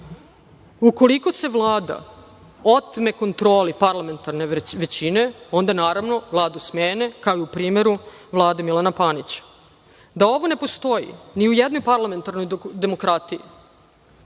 Ukoliko se Vlada otme kontroli parlamentarne većine, onda, naravno, Vladu smene, kao i u primeru Vlade Milana Panića. Da ovo ne postoji ni u jednoj parlamentarnoj demokratiji,